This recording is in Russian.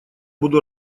буду